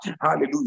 Hallelujah